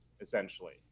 essentially